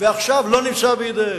ועכשיו לא נמצא בידיהם.